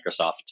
Microsoft